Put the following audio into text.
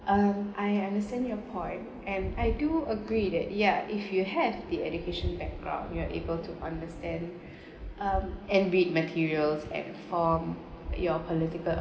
um I understand your point and I do agree that yeah if you have the education background you are able to understand um and read materials and form your political